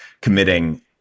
committing